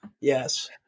yes